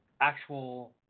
actual